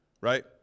right